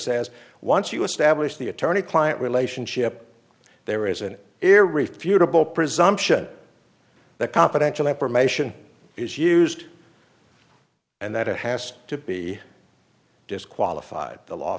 says once you establish the attorney client relationship there is an air refutable presumption that confidential information is used and that it has to be disqualified the law